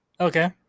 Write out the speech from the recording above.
okay